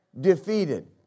defeated